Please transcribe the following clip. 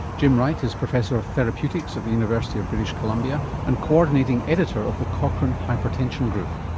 jim wright is professor of therapeutics at the university of british columbia and co-ordinating editor of the cochrane hypertension group.